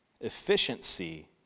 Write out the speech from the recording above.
efficiency